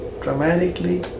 dramatically